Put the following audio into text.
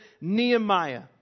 Nehemiah